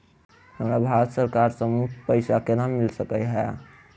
हमरा भारत सरकार सँ मुफ्त पैसा केना मिल सकै है?